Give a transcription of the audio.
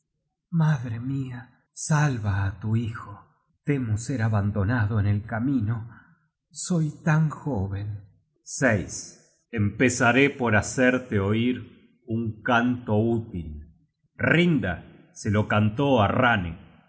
madre mia salva á tu hijo temo ser abandonado en el camino soy tan jóven empezaré por hacerte oir un canto útil rinda se le cantó á rane